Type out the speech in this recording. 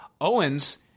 Owens